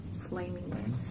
Flaming